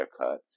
haircuts